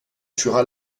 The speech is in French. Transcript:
tuera